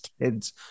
kids